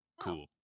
Cool